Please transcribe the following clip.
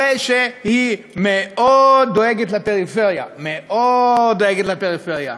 הרי היא מאוד דואגת לפריפריה מאוד דואגת לפריפריה.